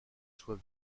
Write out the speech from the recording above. soit